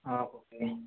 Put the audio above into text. okay